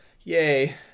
yay